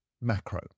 macro